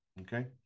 okay